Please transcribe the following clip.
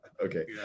Okay